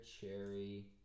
cherry